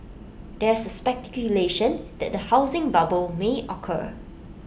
there is speculation that A housing bubble may occur